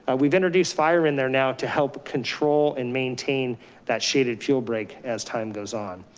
ah we've introduced fire in there now to help control and maintain that shaded fuel break as time goes on.